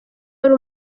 wari